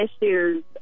issues